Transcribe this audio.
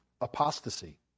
apostasy